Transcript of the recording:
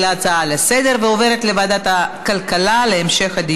להצעה לסדר-היום ולהעביר את הנושא לוועדת הכלכלה נתקבלה.